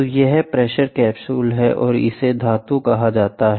तो यह pressure capsule है या इसे धातु कहा जाता है